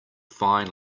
fine